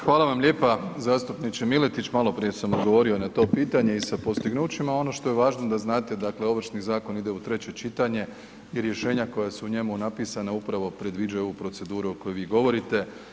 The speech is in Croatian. Hvala vam lijepa zastupniče Miletić, maloprije sam odgovorio na to pitanje i sa postignućima, ono što je važno da znate, dakle Ovršni zakon ide u treće čitanje i rješenja koja su u njemu napisana upravo predviđaju ovu proceduru o kojoj vi govorite.